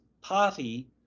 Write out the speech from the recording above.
party